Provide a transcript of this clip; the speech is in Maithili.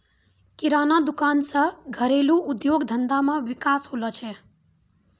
किराना दुकान से घरेलू उद्योग धंधा मे विकास होलो छै